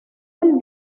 del